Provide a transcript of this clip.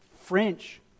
French